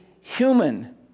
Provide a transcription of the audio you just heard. human